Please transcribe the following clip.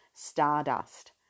Stardust